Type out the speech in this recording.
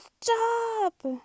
Stop